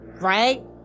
Right